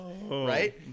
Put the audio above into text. right